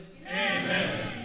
amen